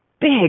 big